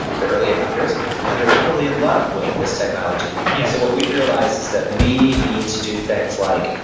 the early adopters and they're probably in love with this technology. yeah so what we've realized is that we need to do things like,